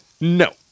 No